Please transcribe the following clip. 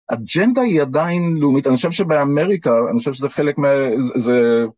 אג'נדה היא עדיין לאומית, אני חושב שבאמריקה, אני חושב שזה חלק מה... זה...